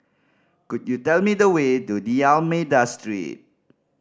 could you tell me the way to D'Almeida Street